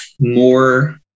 more